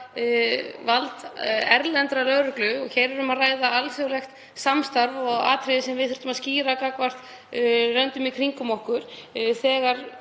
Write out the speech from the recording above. vald erlendrar lögreglu. Um er að ræða alþjóðlegt samstarf og atriði sem við þurftum að skýra gagnvart löndum í kringum okkur